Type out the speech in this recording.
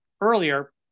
earlier